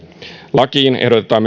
lakiin ehdotetaan